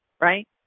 right